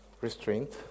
restraint